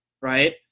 right